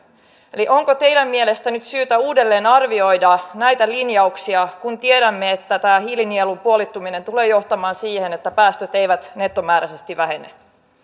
onko teidän mielestänne nyt syytä uudelleen arvioida näitä linjauksia kun tiedämme että tämä hiilinielun puolittuminen tulee johtamaan siihen että päästöt eivät nettomääräisesti vähene